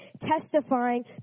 testifying